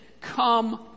come